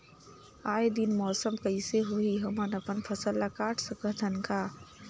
आय दिन मौसम कइसे होही, हमन अपन फसल ल काट सकत हन का?